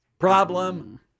Problem